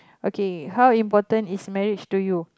okay how important is marriage to you